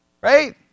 Right